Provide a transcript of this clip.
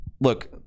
look